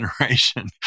generation